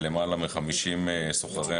אנחנו רואים שלפשיעה יש מרכיב לאומני מאוד משמעותי,